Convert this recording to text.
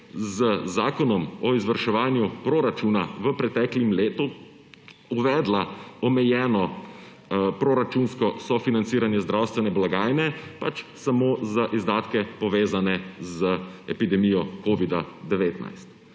z zakonom o izvrševanju proračuna v preteklem letu uvedla omejeno proračunsko sofinanciranje zdravstvene blagajne pač samo za izdatke, povezane z epidemijo covida-19.